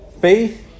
faith